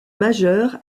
majeure